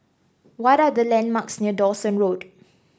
what are the landmarks near Dawson Road